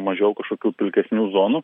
mažiau kažkokių pilkesnių zonų